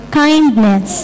kindness